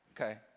okay